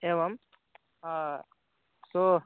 एवं तु